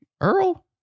Earl